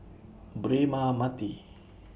Braema Mathi